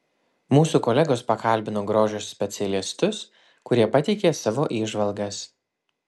mūsų kolegos pakalbino grožio specialistus kurie pateikė savo įžvalgas